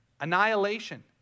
Annihilation